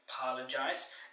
apologize